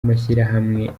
amashyirahamwe